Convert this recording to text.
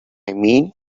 mean